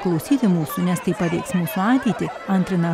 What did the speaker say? klausyti mūsų nes tai paveiks mūsų ateitį antrina